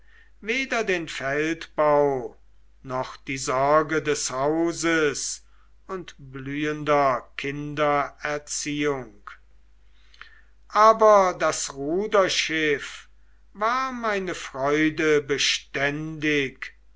weder den feldbau noch die sorge des hauses und blühender kinder erziehung aber das ruderschiff war meine freude beständig